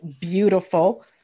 beautiful